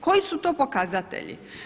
Koji su to pokazatelji?